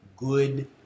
Good